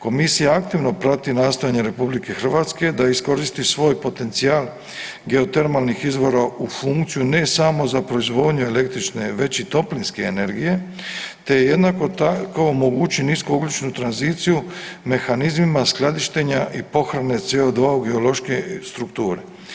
Komisija aktivno prati nastojanje RH da iskoristi svoj potencijal geotermalnih izvora u funkciju ne samo za proizvodnju električne već i toplinske energije, te jednako tako omogući niskougljičnu tranziciju mehanizmima skladištenja i pohrane CO2 u geološke strukture.